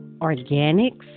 Organics